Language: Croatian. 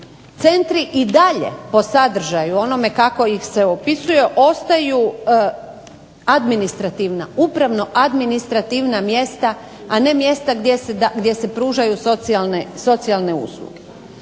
Centri i dalje po sadržaju onome kako ih se opisuje ostaju administrativna upravno administrativna mjesta, a ne mjesta gdje se pružaju socijalne usluge.